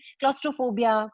claustrophobia